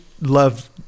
love